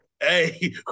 Hey